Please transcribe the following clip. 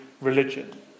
religion